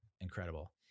incredible